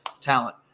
talent